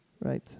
Right